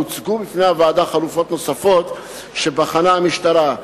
הוצגו בפני הוועדה חלופות נוספות שבחנה המשטרה: